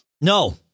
no